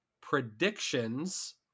predictions